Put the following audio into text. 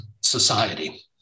society